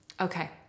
Okay